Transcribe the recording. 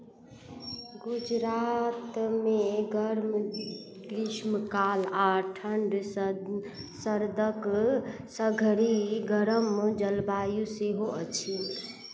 गुजरातमे गर्म ग्रीष्मकाल आ ठण्ढ सर्द सर्दक सघरी गरम जलवायु सेहो अछि